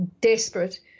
desperate